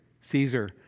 Caesar